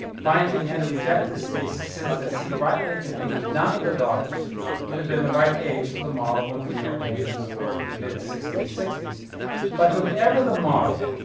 finally, had to reject his thesis since as he rightly concluded, none of the daughters would have been the right age for the model when vermeer painted this work in the mid sixteen sixty s but whomever the model,